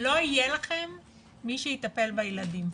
לא יהיה מי שיטפל בילדים.